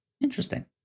Interesting